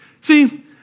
See